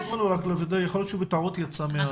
לנו יש בקופה כ-170 מיליון שקלים וכל